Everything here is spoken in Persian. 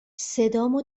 صدامو